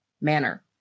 manner